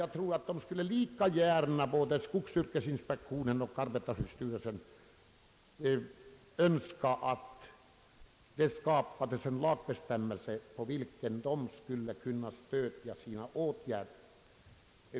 Jag tror att både skogsyrkesinspektionen och arbetarskyddsstyrelsen lika gärna skulle önska att en lagbestämmelse tillskapades på vilken de skulle kunna stödja sina åtgärder.